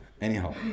Anyhow